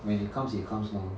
when it comes it comes lor